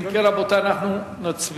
אם כן, רבותי, אנחנו נצביע.